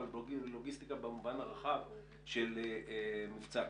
אלא בלוגיסטיקה במובן הרחב של מבצע כזה.